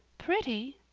pretty?